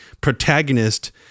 protagonist